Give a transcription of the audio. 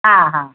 ಹಾಂ ಹಾಂ